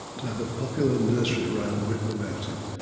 to have a popular nursery rhyme written about him.